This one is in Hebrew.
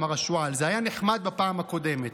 אמר השועל: זה היה נחמד בפעם הקודמת.